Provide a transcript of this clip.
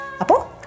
Apo